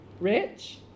rich